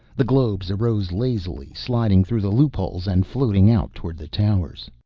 the globes arose lazily, sliding through the loopholes and floating out toward the towers.